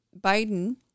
Biden